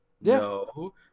No